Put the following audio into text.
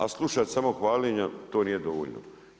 A slušati samo hvaljenja, to nije dovoljno.